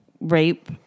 rape